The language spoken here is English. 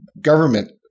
Government